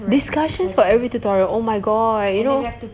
discussions for every tutorial oh my god you know